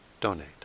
donate